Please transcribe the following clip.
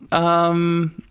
umm,